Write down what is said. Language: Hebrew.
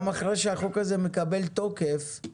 גם אחרי שהחוק הזה מקבל תוקף,